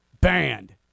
banned